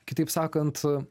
kitaip sakant